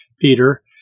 Peter